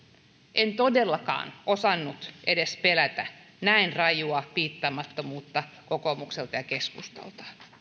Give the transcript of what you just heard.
en todellakaan osannut edes pelätä näin rajua piittaamattomuutta kokoomukselta ja keskustalta